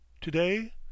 Today